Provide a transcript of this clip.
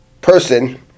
person